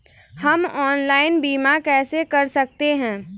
हम ऑनलाइन बीमा कैसे कर सकते हैं?